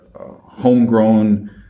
homegrown